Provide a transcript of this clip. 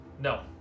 No